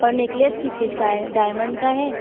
और नेकलेस किस चीज़ का है डायमंड का है